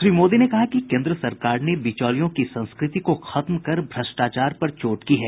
श्री मोदी ने कहा कि केन्द्र सरकार ने बिचौलियों की संस्कृति को खत्म कर भ्रष्टाचार पर चोट की है